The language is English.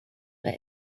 but